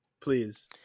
Please